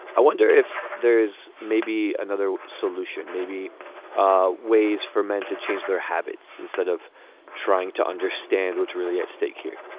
i wonder if there's maybe another solution, maybe ah ways for men to change their habits instead of trying to understand what's really at stake here